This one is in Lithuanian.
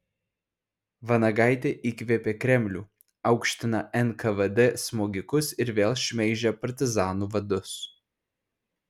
vanagaitė įkvėpė kremlių aukština nkvd smogikus ir vėl šmeižia partizanų vadus